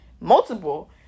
multiple